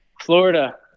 florida